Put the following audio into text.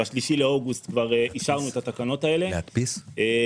ב-3 באוגוסט כבר אישרנו את התקנות האלה ובעצם